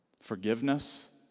Forgiveness